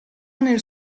nel